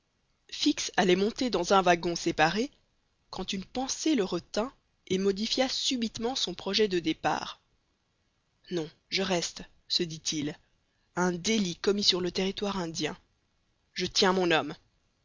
fix allait monter dans un wagon séparé quand une pensée le retint et modifia subitement son projet de départ non je reste se dit-il un délit commis sur le territoire indien je tiens mon homme